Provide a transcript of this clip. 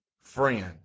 friend